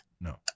No